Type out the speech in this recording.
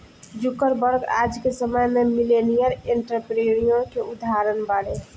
Zuckerberg आज के समय में मिलेनियर एंटरप्रेन्योर के उदाहरण बाड़े